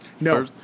No